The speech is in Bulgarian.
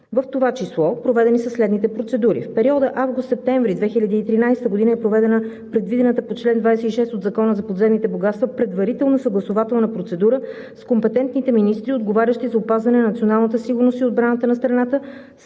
В това число са проведени следните процедури: в периода август – септември 2013 г. е проведена предвидената по чл. 26 от Закона за подземните богатства предварителна съгласувателна процедура с компетентните министри, отговарящи за опазване на националната сигурност и отбраната на страната,